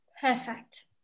Perfect